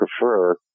prefer